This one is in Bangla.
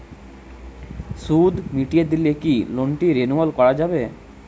সুদ মিটিয়ে দিলে কি লোনটি রেনুয়াল করাযাবে?